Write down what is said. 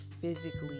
physically